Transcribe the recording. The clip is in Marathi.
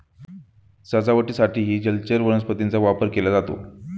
सजावटीसाठीही जलचर वनस्पतींचा वापर केला जातो